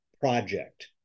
project